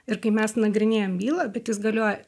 ir kai mes nagrinėjam bylą bet jis galioja